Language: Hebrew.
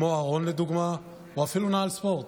כמו ארון לדוגמה, או אפילו נעל ספורט,